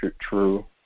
true